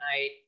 night